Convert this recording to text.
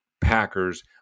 Packers